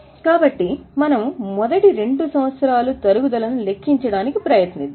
కాబట్టి మనము మొదటి 2 సంవత్సరాలు తరుగుదలని లెక్కించడానికి ప్రయత్నిద్దాము